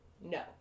no